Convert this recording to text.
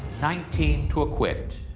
nineteen to acquit.